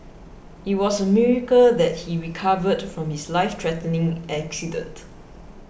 it was a miracle that he recovered from his life threatening accident